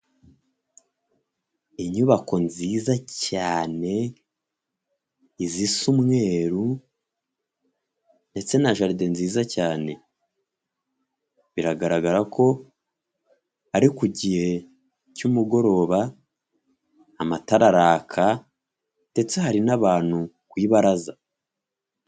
Inyubako nziza cyane, izisa umweru ndetse na jaride nziza cyane, biragaragara ko ari ku gihe cy'umugoroba, amatara araka ndetse hari n'abantu k rubaraza.